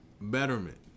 betterment